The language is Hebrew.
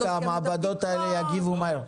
דווקא המעבדות האלה יגיבו מהר.